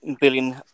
billion